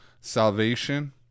salvation